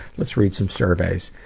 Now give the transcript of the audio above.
let's read some surveys.